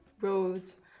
roads